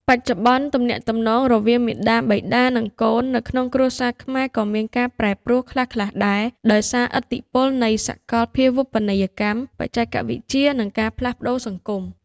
បច្ចុប្បន្ន ទំនាក់ទំនងមាតាបិតា និងកូននៅក្នុងគ្រួសារខ្មែរក៏មានការប្រែប្រួលខ្លះៗដែរ ដោយសារឥទ្ធិពលនៃសកលភាវូបនីយកម្ម បច្ចេកវិទ្យា និងការផ្លាស់ប្ដូរសង្គម។